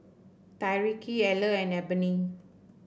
Tyreke Eller and Ebony